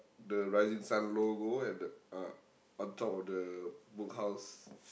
the rising sun logo at the uh on top of the Book House